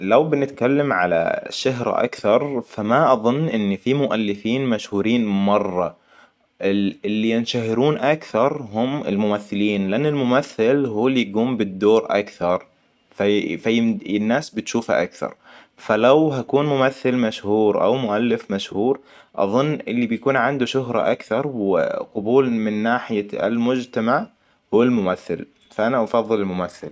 لو بنتكلم على شهره أكثر فما اظن ان في مؤلفين مشهورين مره. اللي ينشهرون اكثر هم الممثلين لأن الممثل هو اللي يقوم بالدور اكثر. فالناس بتشوفه اكثر. فلو هكون ممثل مشهور او مؤلف مشهور اظن اللي بيكون عنده شهرة اكثر وقبول من ناحية المجتمع هو الممثل. فأنا أفضل الممثل